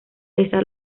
esta